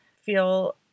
feel